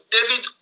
David